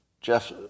Jeff